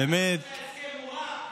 אתה מודה שהסכם הוא רע?